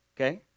Okay